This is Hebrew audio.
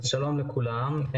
שלום לכולם.